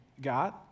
God